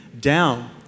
down